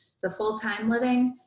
it's a full time living,